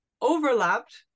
overlapped